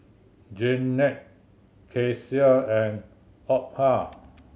Jeannette Kecia and Opha